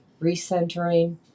recentering